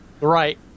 Right